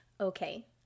Okay